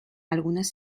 algunas